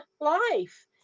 life